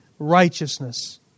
righteousness